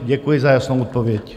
Děkuji za jasnou odpověď.